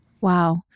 Wow